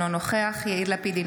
אינו נוכח יאיר לפיד,